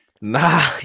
Nah